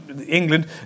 England